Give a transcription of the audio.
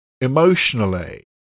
emotionally